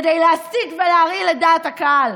כדי להסית ולהרעיל את דעת הקהל.